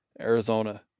Arizona